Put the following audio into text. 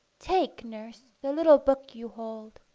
take, nurse, the little book you hold!